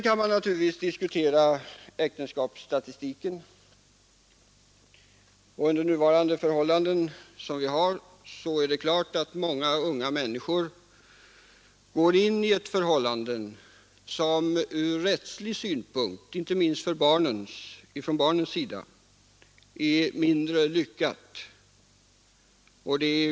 Man kan naturligtvis diskutera äktenskapsstatistiken. Det är självfallet så att många unga människor i dag sammanlever under former som ur rättslig synpunkt, inte minst när det gäller barnens intressen, är mindre lyckade.